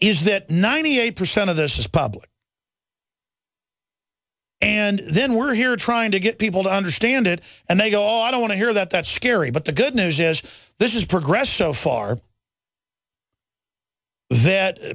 is that ninety eight percent of this is public and then we're here trying to get people to understand it and they go on i don't want to hear that that's scary but the good news is this is progress so far that